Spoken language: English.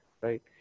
right